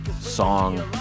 song